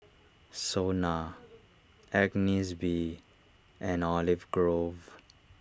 Sona Agnes B and Olive Grove